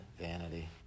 Vanity